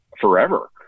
forever